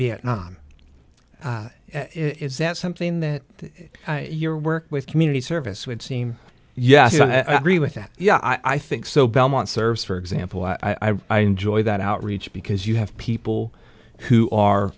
vietnam is that something that your work with community service would seem yes i agree with that yeah i think so belmont serves for example i joy that outreach because you have people who are